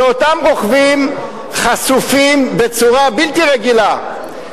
שאותם רוכבים חשופים בצורה בלתי רגילה,